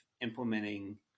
implementing